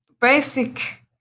Basic